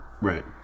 Right